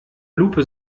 lupe